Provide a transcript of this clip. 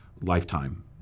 lifetime